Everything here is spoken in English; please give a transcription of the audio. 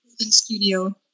studio